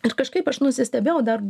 ir kažkaip aš nusistebėjau dar